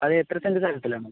അത് എത്ര സെന്റ് സ്ഥലത്തിൽ ആണ്